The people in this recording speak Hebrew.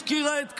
הפקירה את כבודם,